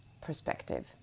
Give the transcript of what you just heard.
perspective